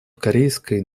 корейской